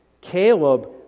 Caleb